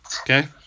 Okay